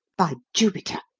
by jupiter!